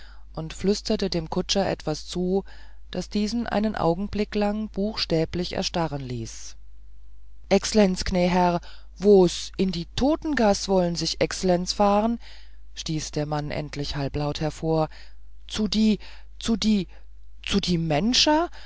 und flüsterte dem kutscher etwas zu das diesen einen augenblick lang buchstäblich erstarren ließ exlenz gnä herr wos in die totengasse wollen sich exlenz fahren stieß der mann endlich halblaut hervor zu die zu die zu die menscher